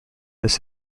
this